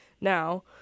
now